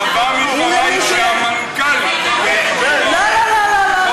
נבע מדברייך שהמנכ"ל קיבל, לא, לא.